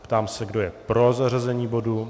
Ptám se, kdo je pro zařazení bodu.